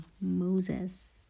Moses